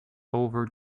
over